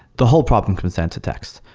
the whole problem comes down to text.